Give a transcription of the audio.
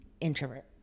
Introvert